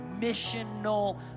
missional